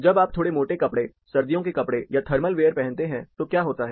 जब आप थोड़े मोटे कपड़े सर्दियों के कपड़े या थर्मल वियर पहनते हैं तो क्या होता है